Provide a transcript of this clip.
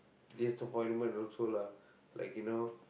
disappointment also lah like you know